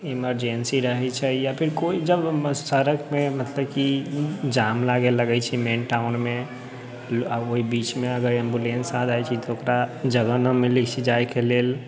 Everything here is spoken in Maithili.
इमरजेंसी रहै छै या फेर कोइ जब सड़कमे मतलब की जाम लागे लगै छै मैन टाउनमे आओर ओइ बीचमे अगर एम्बुलेन्स आ जाइ छै तऽ ओकरा जगह नहि मिलै छै जाइके लेल